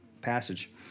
passage